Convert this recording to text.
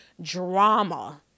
drama